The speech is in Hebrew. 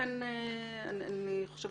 לכן אני חושבת